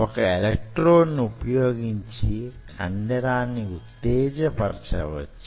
ఒక ఎలక్ట్రోడ్ను ఉపయోగించి కండరాన్ని ఉత్తేజ పరచవచ్చు